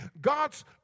God's